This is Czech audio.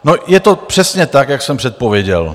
No, je to přesně tak, jak jsem předpověděl.